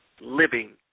living